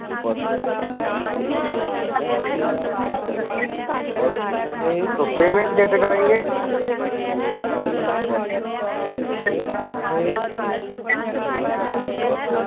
तो पेमेंट कैसे करेंगे